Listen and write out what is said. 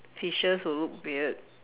fishes will look weird